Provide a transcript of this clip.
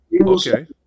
Okay